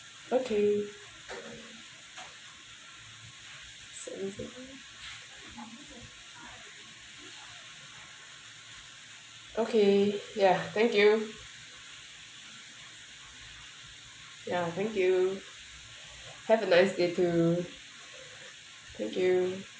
okay okay ya thank you ya thank you have a nice day too thank you